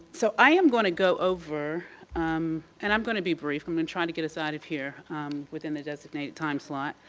so i'm going to go over i'm and i'm going to be brief, um and try to get us out of here in the designated time slot.